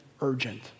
urgent